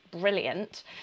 brilliant